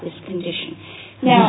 this condition now